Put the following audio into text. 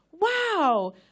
wow